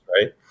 right